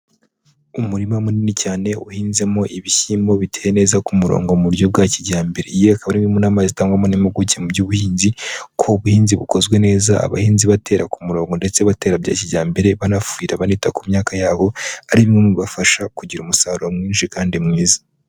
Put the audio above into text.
Umurima munini cyane uhinzemo ibishyimbo biteye neza ku murongo mu buryo bwa kijyambere. Iyo akaba ari inama imwe zitangwamo impimpuguke mu by'ubuhinzi ku buhinzi bukozwe neza abahinzi batera ku murongo ndetse batera bya kijyambere banafuhira banita ku myaka yabo ari bimwe mu bibafasha kugira umusaruro mwinshi kandi mwiza.